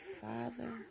Father